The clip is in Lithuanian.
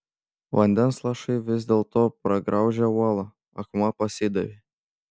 vandens lašai vis dėlto pragraužė uolą akmuo pasidavė